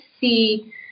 see